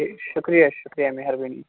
ٹھیٖک چھُ شُکریہ شُکریہ میٚہربأنی